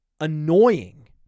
annoying